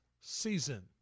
season